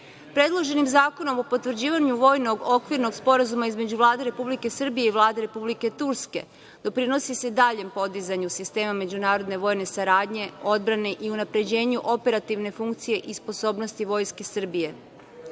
počinili. Predloženim Zakonom o potvrđivanju vojnog okvirnog sporazuma između Vlade Republike Srbije i Vlade Republike Turske doprinosi se daljem podizanju sistema međunarodne vojne saradnje, odbrane i unapređenja operativne funkcije i sposobnosti Vojske Srbije.